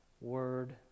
Word